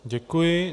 Děkuji.